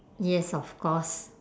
yes of course